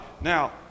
Now